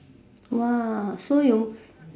!wah! so you